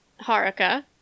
Haruka